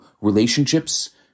relationships